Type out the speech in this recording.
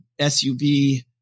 SUV